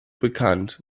bekannt